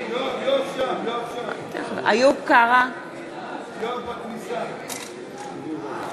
נגד מירי רגב, נגד מיכל רוזין,